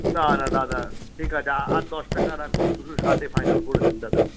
না না দাদা ঠিক আছে আর দশ টাকা রাখুন দুশো ষাটে ফাইনাল করে দিন দাদা